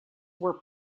were